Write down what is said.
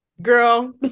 Girl